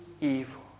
evil